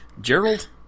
gerald